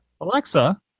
Alexa